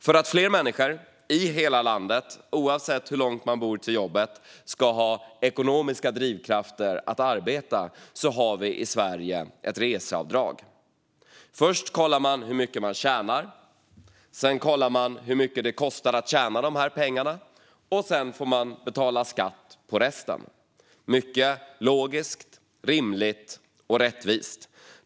För att fler människor i hela landet, oavsett hur långt från jobbet de bor, ska ha ekonomiska drivkrafter att arbeta har vi i Sverige ett reseavdrag. Först kollar man hur mycket man tjänar, sedan kollar man hur mycket det kostar att tjäna dessa pengar och sedan får man betala skatt på resten. Det är mycket logiskt, rimligt och rättvist.